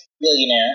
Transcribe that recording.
millionaire